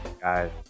guys